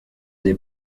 des